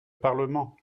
parlement